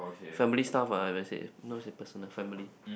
family stuff ah I would say not say personal family